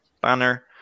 banner